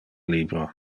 libro